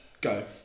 go